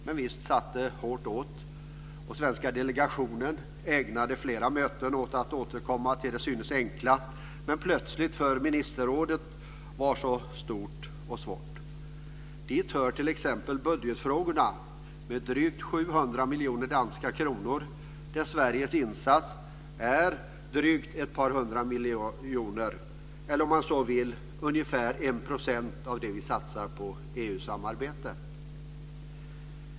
Men visst satt det hårt åt, och den svenska delegationen ägnade flera möten åt att återkomma till det till synes enkla som plötsligt för ministerrådet var så stort och svårt. Dit hör t.ex. budgetfrågorna med drygt 700 miljoner danska kronor där Sveriges insats är drygt ett par hundra miljoner, eller om man så vill ungefär 1 % av det vi satsar på EU-samarbete.